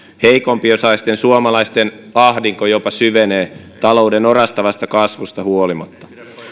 heikompiosaisten suomalaisten ahdinko jopa syvenee talouden orastavasta kasvusta huolimatta